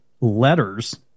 letters